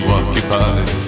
occupied